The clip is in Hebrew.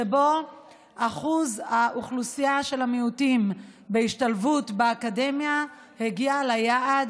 שבו אחוז האוכלוסייה של המיעוטים בהשתלבות באקדמיה הגיע ליעד,